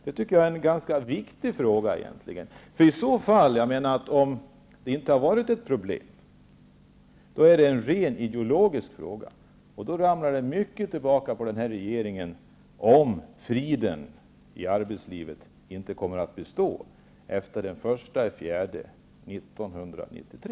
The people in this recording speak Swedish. Detta är en viktig fråga, därför att om de inte har varit ett problem, är detta en rent ideologisk fråga för regeringen. Då faller det mycket tillbaka på denna regering om friden i arbetslivet inte kommer att bestå efter den 1 april 1993.